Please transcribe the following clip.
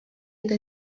eta